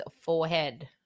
forehead